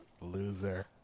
loser